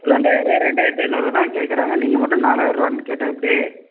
ரெண்டாயரூவா ரெண்டாயிரத்து ஐநூறு ரூவா தான் கேட்குறாங்க நீங்கள் மட்டும் நாலாயரூவான்னு கேட்டா எப்படி